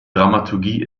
dramaturgie